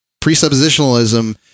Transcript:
Presuppositionalism